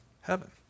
Heaven